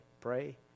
Pray